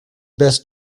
best